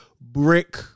brick